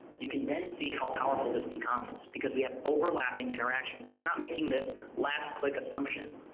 you can then see how powerful this becomes because we have overlapping interactions. we are not making this last click assumption,